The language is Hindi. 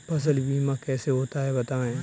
फसल बीमा कैसे होता है बताएँ?